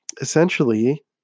essentially